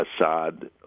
Assad